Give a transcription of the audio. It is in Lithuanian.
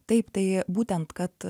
taip tai būtent kad